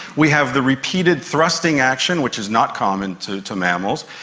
we have the repeated thrusting action, which is not common to to mammals.